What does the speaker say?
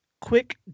quick